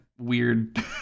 weird